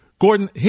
Gordon